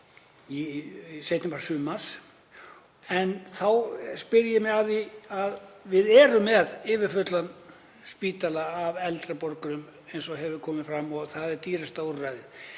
seinni part sumars. En þá spyr ég mig, af því að við erum með yfirfulla spítala af eldri borgurum, eins og hefur komið fram, og það er dýrasta úrræðið: